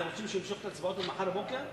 אתם רוצים שנמשוך את ההצבעות עד מחר בבוקר?